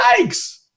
yikes